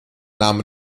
name